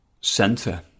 center